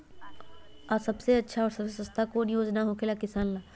आ सबसे अच्छा और सबसे सस्ता कौन योजना होखेला किसान ला?